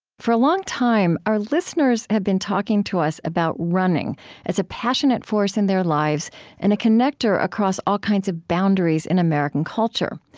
for a long time, our listeners have been talking to us about running as a passionate force in their lives and a connector across all kinds of boundaries in american culture,